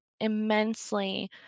immensely